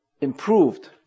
improved